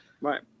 Right